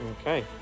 Okay